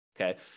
okay